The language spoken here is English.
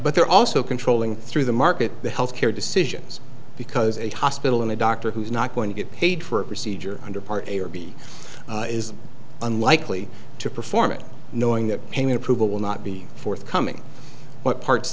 but they're also controlling through the market the health care decisions because a hospital and the doctor who's not going to get paid for a procedure under part a or b is unlikely to perform it knowing that payment approval will not be forthcoming but part